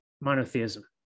monotheism